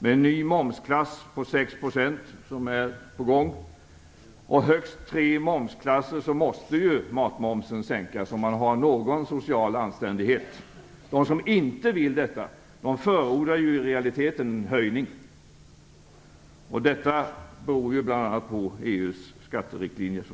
Med en ny momsklass på 6 %- det är på gång - och högst tre momsklasser måste ju matmomsen sänkas, om man har någon social anständighet. De som inte vill detta förordar i realiteten en höjning. Detta beror, som ni vet, bl.a. på EU:s skatteriktlinjer.